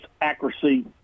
accuracy